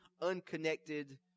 unconnected